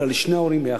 אלא לשני ההורים ביחד.